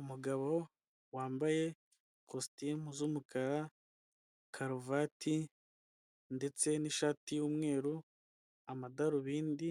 Umugabo wambaye ikositimu z'umukara, karuvati ndetse n'ishati y'umweru, amadarubindi